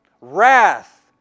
Wrath